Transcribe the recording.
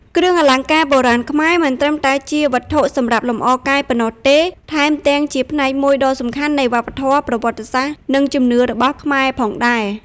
គ្រឿងអលង្ការបុរាណខ្មែរមិនត្រឹមតែជាវត្ថុសម្រាប់លម្អកាយប៉ុណ្ណោះទេ ថែមទាំងជាផ្នែកមួយដ៏សំខាន់នៃវប្បធម៌ ប្រវត្តិសាស្ត្រ និងជំនឿរបស់ខ្មែរផងដែរ។